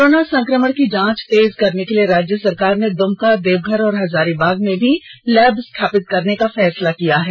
corona संक्रमण की जांच तेज करने के लिए राज्य सरकार ने दमका देवघर और हजारीबाग में भी लैब स्थापित करने का फैसला किया है